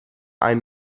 ein